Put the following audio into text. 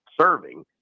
serving